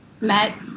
met